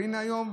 הינה היום,